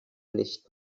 nicht